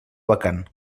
vacant